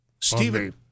Stephen